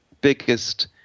biggest